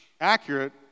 accurate